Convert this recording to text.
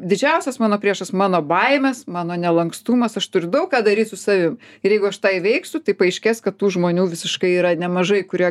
didžiausias mano priešas mano baimės mano nelankstumas aš turiu daug ką daryt su savim ir jeigu aš tą įveiksiu tai paaiškės kad tų žmonių visiškai yra nemažai kurie